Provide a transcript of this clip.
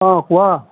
অ কোৱা